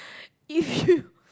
if you